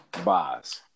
Boss